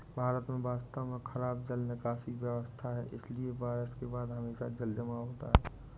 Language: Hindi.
भारत में वास्तव में खराब जल निकासी व्यवस्था है, इसलिए बारिश के बाद हमेशा जलजमाव होता है